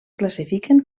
classifiquen